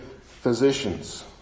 physicians